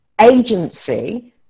agency